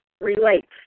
relates